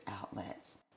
outlets